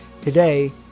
today